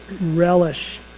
relish